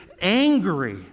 angry